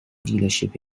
dealership